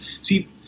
see